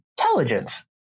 intelligence